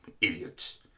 Idiots